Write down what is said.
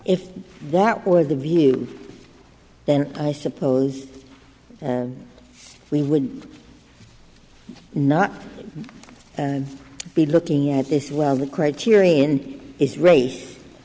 if that were the view then i suppose we would not be looking at this well the criterion is race